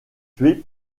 tuée